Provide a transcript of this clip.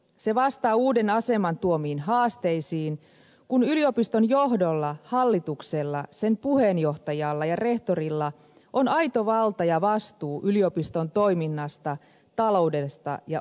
se vastaa uuden aseman tuomiin haasteisiin kun yliopiston johdolla hallituksella sen puheenjohtajalla ja rehtorilla on aito valta ja vastuu yliopiston toiminnasta taloudesta ja organisaatiosta